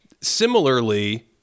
Similarly